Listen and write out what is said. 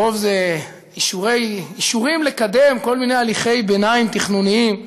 הרוב זה אישורים לקדם כל מיני הליכי ביניים תכנוניים.